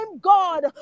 God